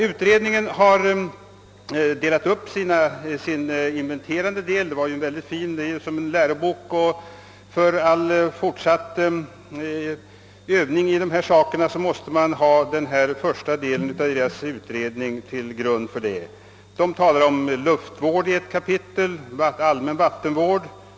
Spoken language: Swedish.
Utredningen har delat upp sin inventerande del. Den är mycket bra och kan nästan jämföras med en lärobok. För varje fortsatt studium i dessa frågor måste den första delen av betänkandet läggas till grund. Där talas i ett kapitel om luftvård och i ett annat om allmän vattenvård.